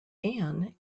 ann